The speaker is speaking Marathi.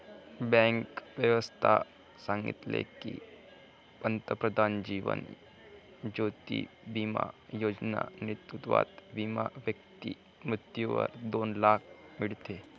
बँक व्यवस्था सांगितले की, पंतप्रधान जीवन ज्योती बिमा योजना नेतृत्वात विमा व्यक्ती मृत्यूवर दोन लाख मीडते